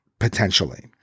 potentially